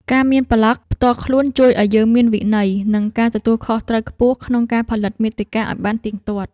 ការមានប្លក់ផ្ទាល់ខ្លួនជួយឱ្យយើងមានវិន័យ និងការទទួលខុសត្រូវខ្ពស់ក្នុងការផលិតមាតិកាឱ្យបានទៀងទាត់។